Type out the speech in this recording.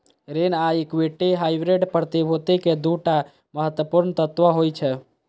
ऋण आ equity hybrid प्रतिभूति के दू टा महत्वपूर्ण तत्व होइ छै